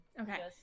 Okay